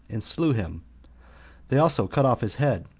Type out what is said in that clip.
and slew him they also cut off his head,